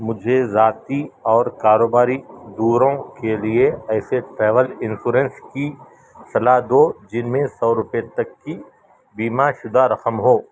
مجھے ذاتی اور کاروباری دوروں کے لیے ایسے ٹریول انسورنس کی صلاح دو جن میں سو روپئے تک کی بیمہ شدہ رقم ہو